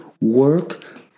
Work